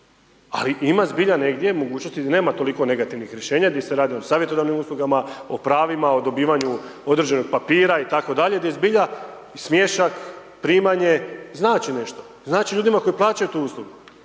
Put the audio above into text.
Ali ima zbilja negdje mogućnosti da nema toliko negativnih rješenja di se radi o savjetodavnim uslugama, o pravima, o dobivanju određenog papira itd., gdje je zbilja smiješak, primanje znači nešto. Znači ljudima koji plaćaju tu uslugu